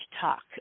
talk